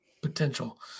potential